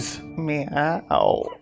Meow